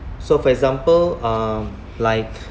so for example um like